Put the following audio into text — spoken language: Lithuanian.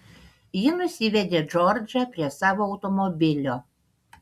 ji nusivedė džordžą prie savo automobilio